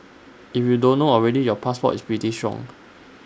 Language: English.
if you don't know already your passport is pretty strong